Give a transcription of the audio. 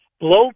Blow